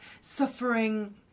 suffering